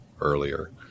earlier